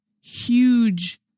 huge